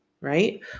right